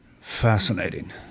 Fascinating